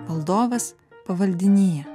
valdovas pavaldinyje